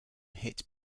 hit